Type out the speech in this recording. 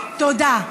תודה.